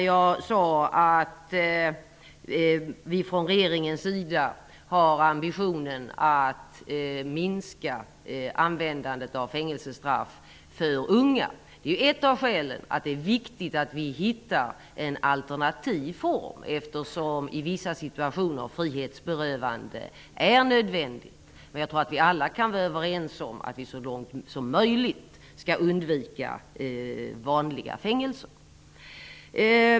Jag sade att regeringen har ambitionen att minska användandet av fängelsestraff för unga. Det är ett av skälen till att det är viktigt att vi hittar en alternativ form. I vissa situationer är frihetsberövande nödvändigt. Jag tror att vi alla kan vara överens om att vi så långt som möjligt skall undvika vanliga fängelser.